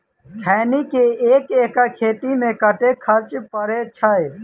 खैनी केँ एक एकड़ खेती मे कतेक खर्च परै छैय?